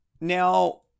Now